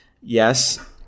yes